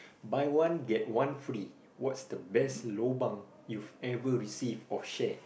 buy one get one free what's the best lobang you've ever received or share